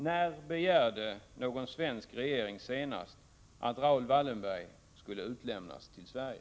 När begärde någon svensk regering senast att Raoul Wallenberg skulle utlämnas till Sverige?